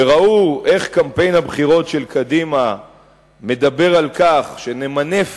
וראו איך קמפיין הבחירות של קדימה מדבר על כך שנמנף